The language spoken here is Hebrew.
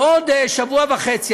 בעוד שבוע וחצי,